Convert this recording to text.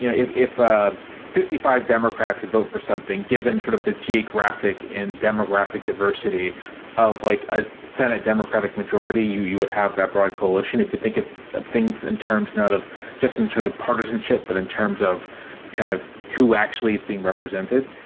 you know, if if ah fifty five democrats vote for something, given sort of the geographic and demographic diversity of like a senate democratic majority, you you would have that broad coalition. if you think of of things in terms not of just in terms of partisanship, but in terms of kind of who actually is being represented.